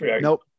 Nope